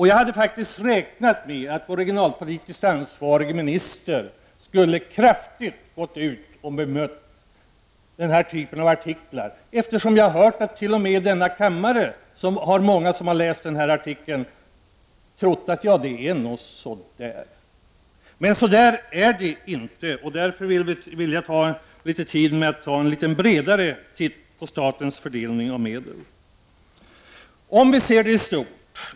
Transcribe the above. Jag hade faktiskt räknat med att vår regionalpolitiskt ansvarige minister med kraft skulle bemött den här typen av artiklar, eftersom jag hört att t.o.m. många ledamöter av riksdagen trott att det nog skall vara så som det står i artikeln. Men så skall det inte vara. Därför vill jag ta en bredare titt på statens medelsfördelning.